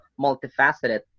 multifaceted